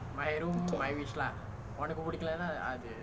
okay